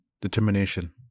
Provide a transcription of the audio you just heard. determination